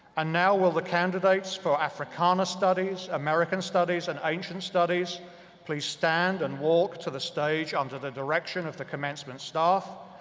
ah now, will the candidates for africana studies, american studies and ancient studies please stand and walk to the stage under the direction of the commencement staff.